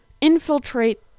infiltrate